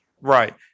right